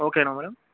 ఓకేనా మేడమ్